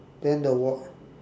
then the wa~